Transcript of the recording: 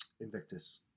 invictus